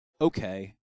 Okay